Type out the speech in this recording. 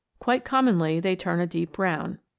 quite commonly they turn a deep brown.